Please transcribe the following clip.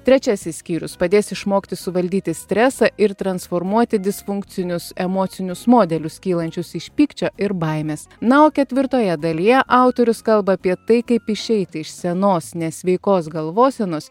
trečiasis skyrius padės išmokti suvaldyti stresą ir transformuoti disfunkcinius emocinius modelius kylančius iš pykčio ir baimės na o ketvirtoje dalyje autorius kalba apie tai kaip išeiti iš senos nesveikos galvosenos